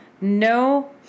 No